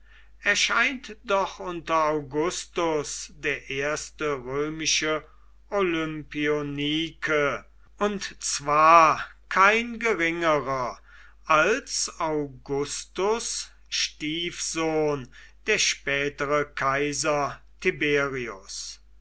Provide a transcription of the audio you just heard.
erscheint doch unter augustus der erste römische olympionike und zwar kein geringerer als augustus stiefsohn der spätere kaiser tiberius